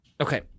Okay